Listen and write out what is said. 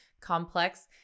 complex